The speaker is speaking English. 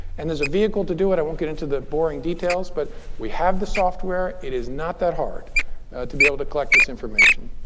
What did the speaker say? and as a vehicle to do it, won't get into the boring details, but we have the software. it is not that hard to be able to collect this information.